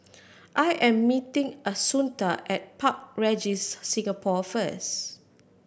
I am meeting Assunta at Park Regis Singapore first